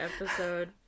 episode